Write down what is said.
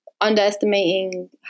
underestimating